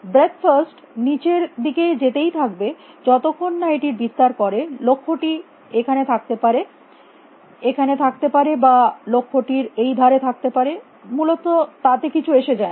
breadth first নিচের দিকে যেতেই থাকবে যতক্ষণ না এটি বিস্তার করে লক্ষ্যটি এখানে থাকতে পারে এখানে থাকতে পারে বা লক্ষ্যটি এই ধারে থাকতে পারে মূলত তাতে কিছু যায় আসে না